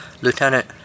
Lieutenant